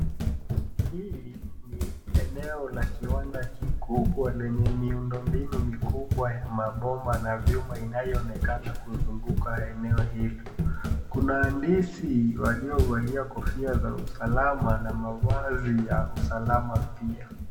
Hii ni eneo la kiwanda kikubwa lenye miundo mbinu mikubwa ya mabomba na vyumba inayoonekana kuzunguka eneo hilo. Kuna andisi waliovalia kofia za usalama na mavazi ya usalama pia.